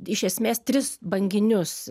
iš esmės tris banginius